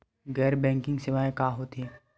गैर बैंकिंग सेवाएं का होथे?